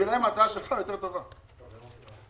נשמע לי לא הגיוני.